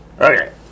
Okay